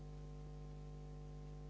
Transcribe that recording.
Hvala.